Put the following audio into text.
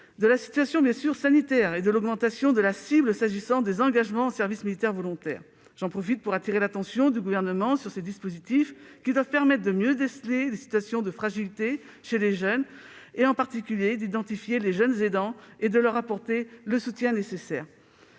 ; ils tiennent également compte de l'augmentation de la cible des engagements en service militaire volontaire. J'en profite pour attirer l'attention du Gouvernement sur ces dispositifs, qui doivent permettre de mieux déceler les situations de fragilité chez les jeunes et, en particulier, d'identifier les jeunes aidants et de leur apporter le soutien nécessaire.